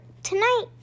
Tonight